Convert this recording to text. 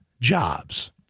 jobs